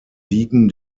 wiegen